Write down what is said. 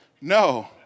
No